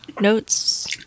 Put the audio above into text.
notes